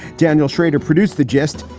daniel shrader produced the gist,